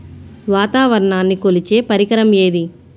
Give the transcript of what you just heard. వాతావరణాన్ని కొలిచే పరికరం ఏది?